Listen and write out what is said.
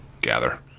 gather